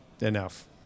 enough